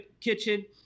kitchen